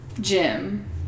gym